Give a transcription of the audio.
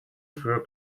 für